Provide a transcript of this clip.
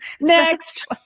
next